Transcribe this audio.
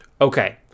Okay